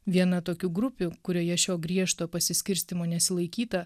viena tokių grupių kurioje šio griežto pasiskirstymo nesilaikyta